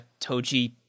Toji